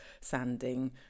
sanding